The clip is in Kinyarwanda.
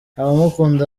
abamukunda